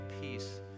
peace